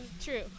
true